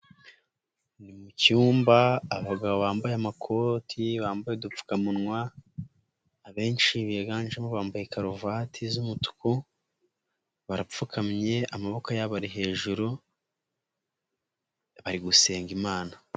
Ni mu cyumba abagabo bambaye amakoti, bambaye udupfukamunwa, abenshi biganjemo bambaye karuvati z'umutuku, barapfukamye amaboko yabo ari hejuru, bari gusenga Imana.